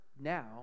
now